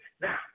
Now